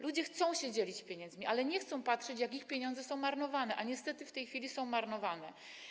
Ludzie chcą się dzielić pieniędzmi, ale nie chcą patrzeć, jak ich pieniądze są marnowane, a niestety w tej chwili one są marnowane.